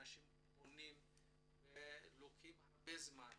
אנשים פונים וזה לוקח הרבה זמן.